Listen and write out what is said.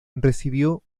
recibió